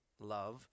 love